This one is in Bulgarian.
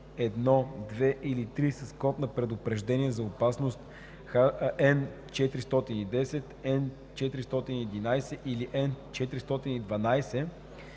1, 2 или 3 с код на предупреждение за опасност Н410, Н411 или Н412